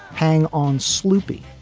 hang on, sloopy